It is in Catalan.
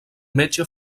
metge